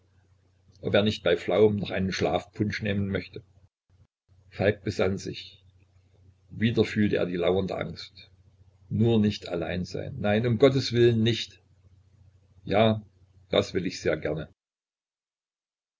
ob er nicht bei flaum noch einen schlafpunsch nehmen möchte falk besann sich wieder fühlte er die lauernde angst nur nicht allein sein nein um gotteswillen nicht ja das will ich sehr gerne